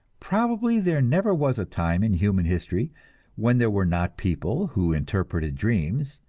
probably there never was a time in human history when there were not people who interpreted dreams,